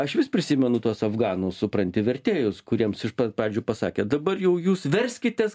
aš vis prisimenu tuos afganų supranti vertėjus kuriems iš pat pradžių pasakė dabar jau jūs verskitės